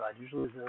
Usually